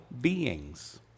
beings